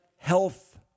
health